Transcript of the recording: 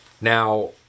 Now